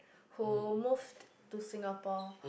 who moved to Singapore